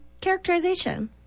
Characterization